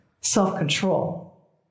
self-control